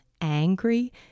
angry